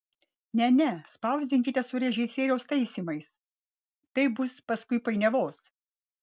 ne ne spausdinkite su režisieriaus taisymais taip bus paskui painiavos